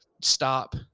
stop